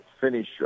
finish